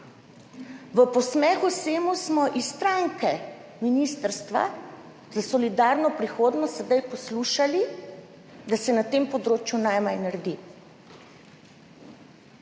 V posmeh vsemu smo iz stranke Ministrstva za solidarno prihodnost sedaj poslušali, da se na tem področju najmanj naredi.